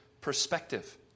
perspective